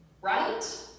right